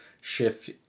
shift